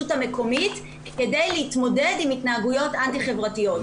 המקומית כדי להתמודד עם התנהגויות אנטי חברתיות,